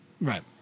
Right